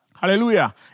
Hallelujah